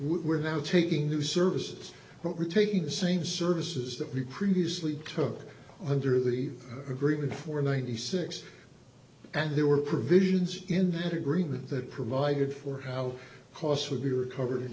we're now taking new services but we're taking the same services that we previously took under the agreement for ninety six and there were provisions in that agreement that provided for how costs would be recovered